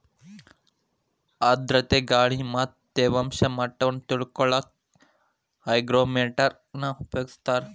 ಆರ್ಧ್ರತೆ ಗಾಳಿ ಮತ್ತ ತೇವಾಂಶ ಮಟ್ಟವನ್ನ ತಿಳಿಕೊಳ್ಳಕ್ಕ ಹೈಗ್ರೋಮೇಟರ್ ನ ಉಪಯೋಗಿಸ್ತಾರ